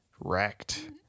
wrecked